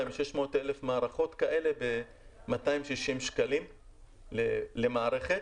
מ-600,000 מערכות כאלה ב-260 שקלים למערכת.